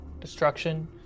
destruction